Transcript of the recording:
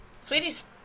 Sweetie's